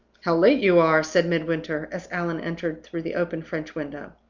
how late you are! said midwinter, as allan entered through the open french window.